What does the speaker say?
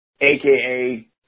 AKA